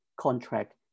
contract